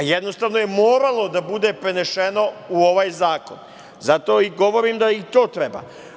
Jednostavno je moralo da bude prenešeno u ovaj zakon, zato govorim da i to treba.